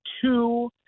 two